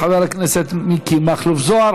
חמישה מכל ועדה,